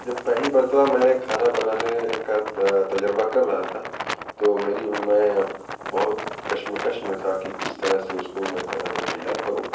جب پہلی مرتبہ میں نے کھانا بنانے کا تجربہ کر رہا تھا تو میری میں بہت کشمکش میں تھا کہ کس طرح سے اس کو میں کھانا کا تیار کروں